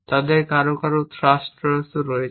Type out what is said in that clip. তাদের কারও কারও থ্রাস্টার রয়েছে